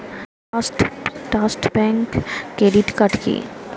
Trust bank credit card কি?